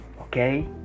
Okay